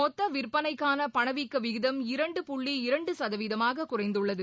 மொத்த விற்பனைக்கான பணவீக்க விகிதம் இரண்டு புள்ளி இரண்டு சதவீதமாக குறைந்துள்ளது